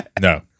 no